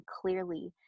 clearly